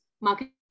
marketing